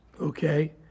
okay